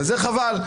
זה חבל,